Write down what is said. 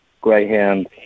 greyhound